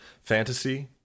fantasy